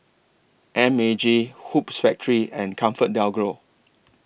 M A G Hoops Factory and ComfortDelGro